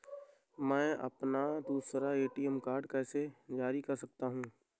मैं अपना दूसरा ए.टी.एम कार्ड कैसे जारी कर सकता हूँ?